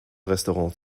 restaurant